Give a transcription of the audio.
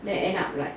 then end up like